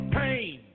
pain